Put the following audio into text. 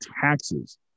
taxes